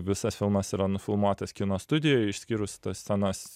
visas filmas yra nufilmuotas kino studijoj išskyrus tas scenas